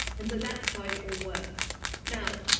and so that's how it all works now,